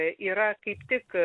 yra kaip tik